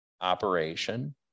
operation